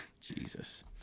Jesus